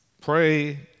Pray